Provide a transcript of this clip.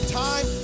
time